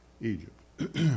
Egypt